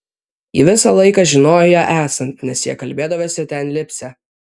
ji visą laiką žinojo ją esant nes jie kalbėdavo ten lipsią